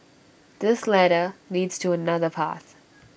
this ladder leads to another path